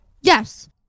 yes